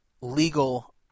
legal